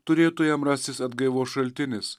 turėtų jam rastis atgaivos šaltinis